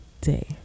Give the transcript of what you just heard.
day